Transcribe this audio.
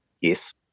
Yes